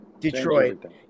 Detroit